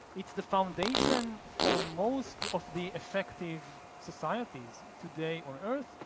it's the foundation for most of the effective societies today on earth,